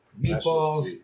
meatballs